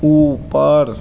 ऊपर